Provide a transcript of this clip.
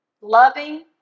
Loving